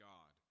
God